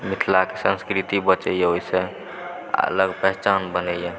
मिथिलाक संस्कृति बचैए ओहिसँ अलग पहचान बनैए